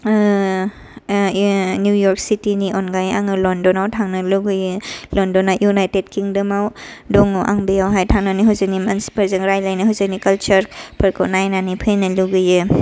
ओ निउय'र्क सिटिनि अनगायै आङो लन्डनाव थांनो लुगैयो लन्डना युनाइटेड किंगद'माव दङ आं बेयावहाय थांनानै हजोंनि मानसिफोरजों रायलायनो हजोंनि कालचारफोरखौ नायनानै फैनो लुगैयो